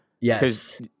Yes